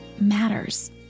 matters